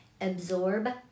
absorb